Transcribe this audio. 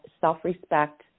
self-respect